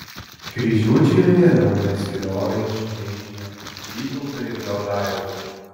kryžiuočiai ir vėliau nesiliovė šmeižę vytautą ir jogailą